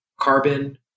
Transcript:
carbon